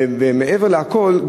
ומעבר לכול,